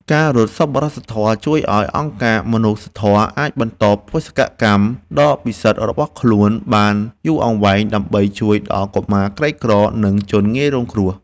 ការរត់សប្បុរសធម៌ជួយឱ្យអង្គការមនុស្សធម៌អាចបន្តបេសកកម្មដ៏ពិសិដ្ឋរបស់ខ្លួនបានយូរអង្វែង ដើម្បីជួយដល់កុមារក្រីក្រ និងជនងាយរងគ្រោះ។